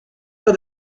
oedd